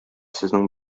сезнең